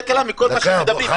מכל מה שאתם מדברים.